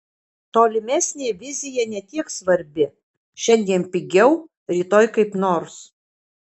tolimesnė vizija ne tiek svarbi šiandien pigiau rytoj kaip nors